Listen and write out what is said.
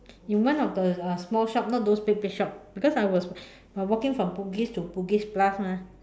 in one of the uh small shop not those big big shop because I was I walking from Bugis to Bugis plus mah